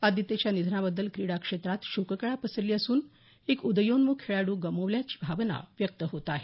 आदित्यच्या निधनाबद्दल क्रीडा क्षेत्रात शोककळा पसरली असून एक उदयोन्मुख खेळाड्र गमावल्याची भावना व्यक्त होत आहे